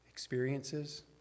Experiences